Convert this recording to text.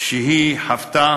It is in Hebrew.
שהיא חוותה